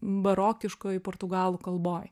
barokiškoj portugalų kalboj